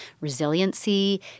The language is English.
resiliency